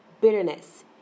bitterness